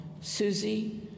Susie